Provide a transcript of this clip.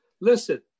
listen